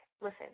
listen